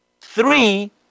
Three